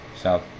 South